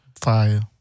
Fire